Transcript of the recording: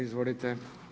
Izvolite.